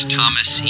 Thomas